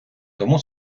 тому